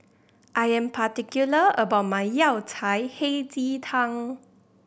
I am particular about my Yao Cai Hei Ji Tang